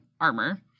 armor